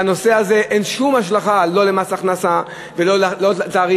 בנושא הזה אין שום השלכה לא למס הכנסה ולא לתאריך.